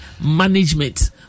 management